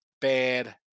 bad